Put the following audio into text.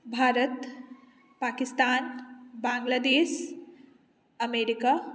Bharat Pakistan Bangladesh America